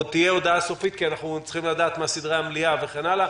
עוד תהיה הודעה סופית כי אנחנו צריכים לדעת מה סדרי המליאה וכן הלאה.